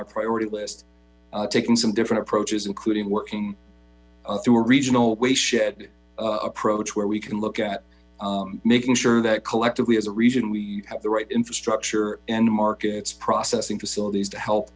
our priority list taking some different approaches including working through a regional waste shed approach where we can look at making sure that collectively as a region we have the right infrastructure and markets processing facilities to help